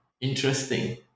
interesting